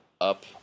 up